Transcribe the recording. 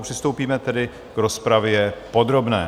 Přistoupíme tedy k rozpravě podrobné.